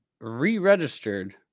re-registered